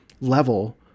level